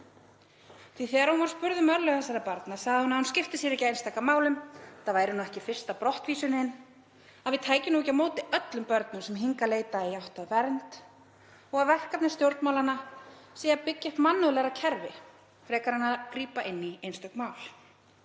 Þegar hún var spurð um örlög þessara barna sagði hún að hún skipti sér ekki af einstaka málum, þetta væri ekki fyrsta brottvísunin og að við tækjum ekki á móti öllum börnum sem hingað leita í átt að vernd og að verkefni stjórnmálanna sé að byggja upp mannúðlegra kerfi frekar en að grípa inn í einstök mál.